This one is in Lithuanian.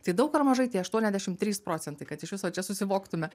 tai daug ar mažai tai aštuoniasdešim trys procentai kad iš viso čia susivoktume